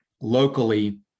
locally